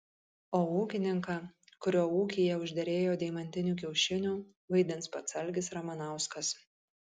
o ūkininką kurio ūkyje užderėjo deimantinių kiaušinių vaidins pats algis ramanauskas